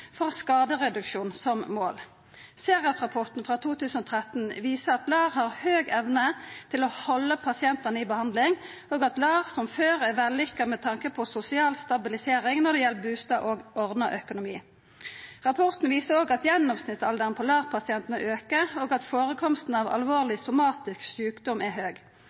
for skadereduksjon som mål. SERAF-rapporten for 2013 viser at LAR har høg evne til å halda pasientane i behandling, og at LAR, som før, er vellykka med tanke på sosial stabilisering når det gjeld bustad og ordna økonomi. Rapporten viser òg at gjennomsnittsalderen på LAR-pasientane aukar, og at førekomsten av alvorleg somatisk sjukdom er høg.